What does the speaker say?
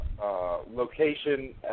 location